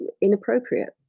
inappropriate